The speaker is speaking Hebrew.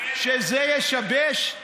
שזה ישבש?